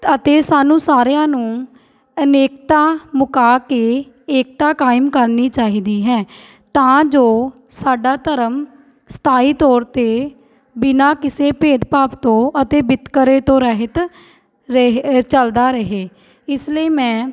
ਅਤੇ ਸਾਨੂੰ ਸਾਰਿਆਂ ਨੂੰ ਅਨੇਕਤਾ ਮੁਕਾ ਕੇ ਏਕਤਾ ਕਾਇਮ ਕਰਨੀ ਚਾਹੀਦੀ ਹੈ ਤਾਂ ਜੋ ਸਾਡਾ ਧਰਮ ਸਥਾਈ ਤੌਰ 'ਤੇ ਬਿਨਾਂ ਕਿਸੇ ਭੇਦਭਾਵ ਤੋਂ ਅਤੇ ਵਿਤਕਰੇ ਤੋਂ ਰਹਿਤ ਰਹ ਚੱਲਦਾ ਰਹੇ ਇਸ ਲਈ ਮੈਂ